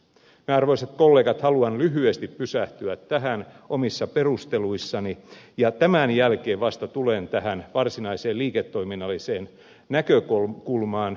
minä arvoisat kollegat haluan lyhyesti pysähtyä tähän omissa perusteluissani ja tämän jälkeen vasta tulen tähän varsinaiseen liiketoiminnalliseen näkökulmaan